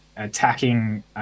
attacking